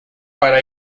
para